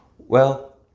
well,